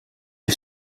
ils